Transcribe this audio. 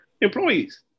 employees